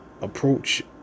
Approach